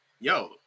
yo